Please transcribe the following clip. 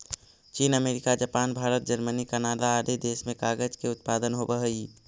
चीन, America, Japan, Bharat, Germany, Canada आदि देश में कागज के उत्पादन होवऽ हई